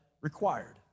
required